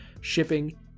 shipping